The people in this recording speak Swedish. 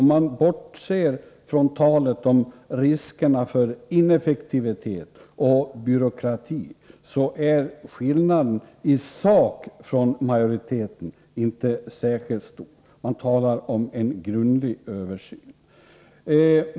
Om man bortser från talet om riskerna för ineffektivitet och byråkrati är skillnaden i sak mellan reservanterna och utskottsmajoriteten inte särskilt stor. Reservanterna talar om en grundlig översyn.